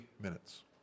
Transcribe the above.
minutes